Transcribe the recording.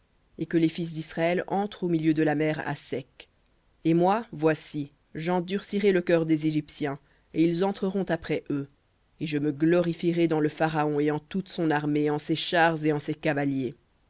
et que les fils d'israël entrent au milieu de la mer à sec et moi voici j'endurcirai le cœur des égyptiens et ils entreront après eux et je me glorifierai dans le pharaon et en toute son armée en ses chars et en ses cavaliers